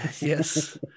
Yes